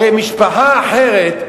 הרי משפחה אחרת,